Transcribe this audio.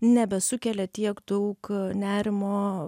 nebesukelia tiek daug nerimo